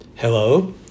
Hello